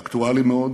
אקטואלי מאוד,